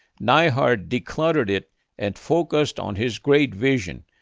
neihardt decluttered it and focused on his great vision,